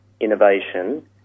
innovation